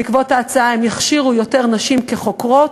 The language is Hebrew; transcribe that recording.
בעקבות ההצעה הם יכשירו יותר נשים כחוקרות.